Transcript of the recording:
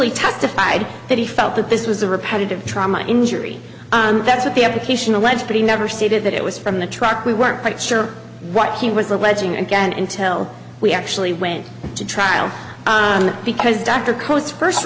he testified that he felt that this was a repetitive trauma injury that's what the application alleged but he never stated that it was from the truck we weren't quite sure what he was alleging again until we actually went to trial because dr coles first